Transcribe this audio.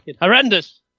horrendous